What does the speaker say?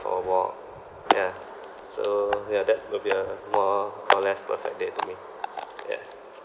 for a walk yeah so ya that will be a more or less perfect day to me yeah